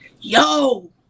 yo